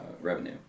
revenue